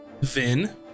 Vin